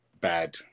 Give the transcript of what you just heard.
bad